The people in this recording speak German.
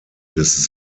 des